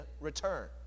return